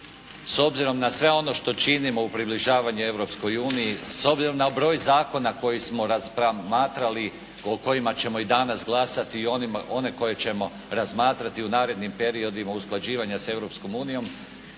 S obzirom na sve ono što činimo u približavanje Europskoj uniji, s obzirom na broj zakona koji smo razmatrali, o kojima ćemo i danas glasati i one koje ćemo razmatrati u narednim periodima usklađivanja s